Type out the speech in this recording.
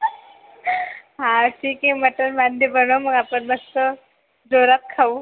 हां ठीक आहे मटण मांडे बनव मग आपण मस्त जोरात खाऊ